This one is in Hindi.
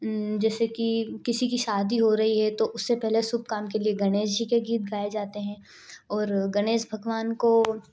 जैसे कि किसी कि शादी हो रही है तो उससे पहले शुभ काम के लिए गणेश जी के गीत गाए जाते हैं और गणेश भगवान को